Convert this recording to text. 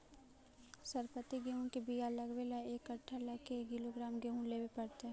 सरबति गेहूँ के बियाह लगबे ल एक कट्ठा ल के किलोग्राम गेहूं लेबे पड़तै?